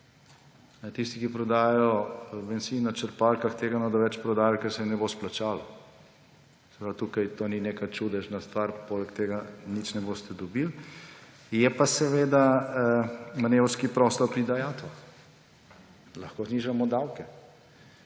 Tisti, ki prodajajo bencin na črpalkah, tega ne bodo več prodajali, ker se jim ne bo izplačalo. Tukaj to ni neka čudežna stvar, poleg tega nič ne boste dobili. Je pa seveda manevrski prostor pri dajatvah. Lahko znižamo davke.